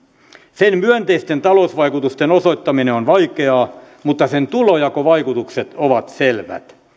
sen myönteisten talousvaikutusten osoittaminen on vaikeaa mutta sen tulonjakovaikutukset ovat selvät